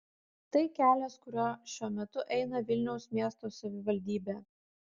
tai kelias kuriuo šiuo metu eina vilniaus miesto savivaldybė